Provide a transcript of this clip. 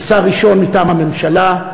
כשר ראשון מטעם הממשלה,